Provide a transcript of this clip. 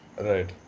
right